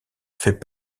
fait